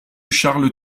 charles